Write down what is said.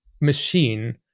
machine